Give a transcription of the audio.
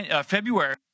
February